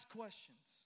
questions